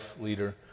leader